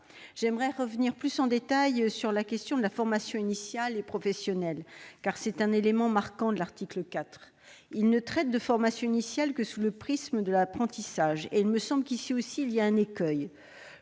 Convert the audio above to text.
J'aimerais revenir plus en détail sur la question de la formation initiale et professionnelle, car c'est un élément marquant du présent article. Celui-ci ne traite de formation initiale que sous le prisme de l'apprentissage, et il me semble qu'ici aussi il y a un écueil.